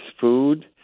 food